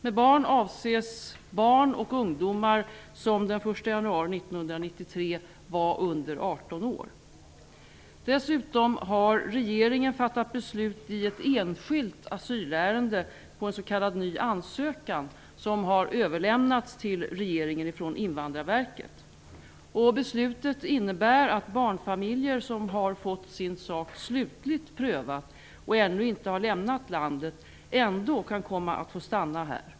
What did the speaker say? Med barn avses barn och ungdomar som den 1 januari 1993 Dessutom har regeringen fattat beslut i ett enskilt asylärende på en s.k. ny ansökan som har överlämnats till regeringen ifrån Invandrarverket. Beslutet innebär att barnfamiljer som har fått sin sak slutligt prövad men som ännu inte har lämnat landet kan komma att få stanna här.